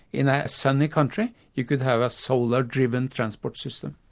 in a sunny country, you could have a solar driven transport system.